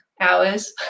hours